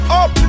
up